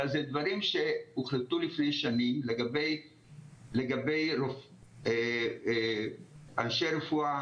אלא זה דברים שהוחלטו לפני שנים לגבי אנשי רפואה